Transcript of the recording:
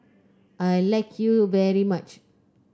I like you very much